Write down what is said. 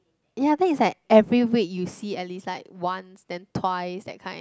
ya then it's like every week you see at least like once and twice that kind